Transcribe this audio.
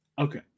okay